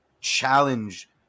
challenge